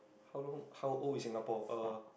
how long how old is Singapore uh